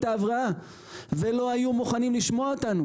ההבראה והם לא היו מוכנים לשמוע אותנו.